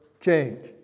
change